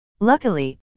Luckily